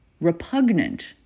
Repugnant